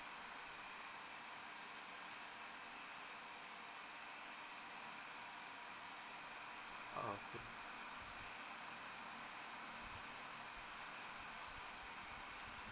uh okay